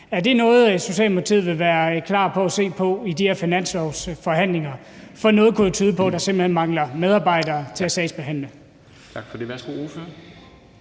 Er det noget, Socialdemokratiet vil være klar til at se på i de her finanslovsforhandlinger? For noget kunne jo tyde på, at der simpelt hen mangler medarbejdere til at sagsbehandle.